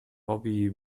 bobby